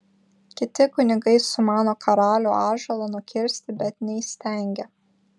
kiti kunigai sumano karalių ąžuolą nukirsti bet neįstengia